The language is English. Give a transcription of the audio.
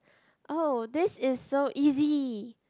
oh this is so easy